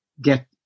get